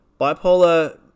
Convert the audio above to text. Bipolar